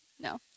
No